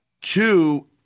two